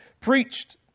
preached